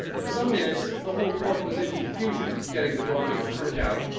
for some minutes the whole court was in confusion, getting the dormouse turned out,